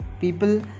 people